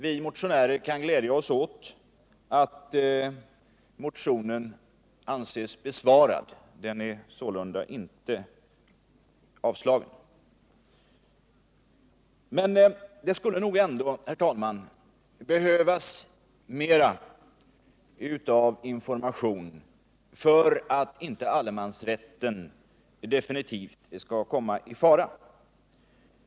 Vi motionärer kan glädja oss åt att motionen anses besvarad — den har sålunda inte avstyrkts. Det skulle dock ändå, herr talman, behövas mer information för att inte allemansrätten definitivt skall komma i fara.